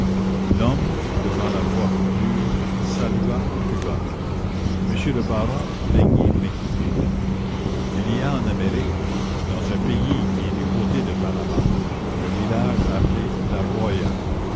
l'homme devant la voix plus dure salua plus bas monsieur le baron daignez m'écouter il y a en amérique dans un pays qui est du côté de panama un village appelé la joya